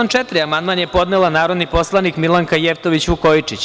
Na član 4. amandman je podnela narodni poslanik Milanka Jevtović Vukojičić.